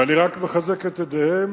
ואני רק מחזק את ידיהם.